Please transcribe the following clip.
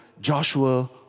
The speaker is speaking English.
Joshua